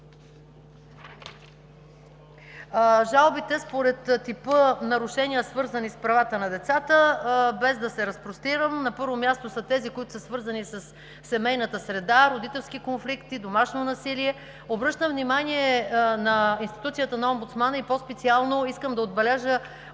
Жалбите според типа нарушения, свързани с правата на децата, без да се разпростирам, на първо място са тези, които са свързани със семейната среда, родителски конфликти, домашно насилие. Обръщам внимание на институцията на Омбудсмана и по специално искам да отбележа